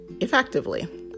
effectively